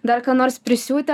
dar ką nors prisiūti